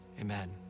amen